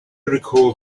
recalled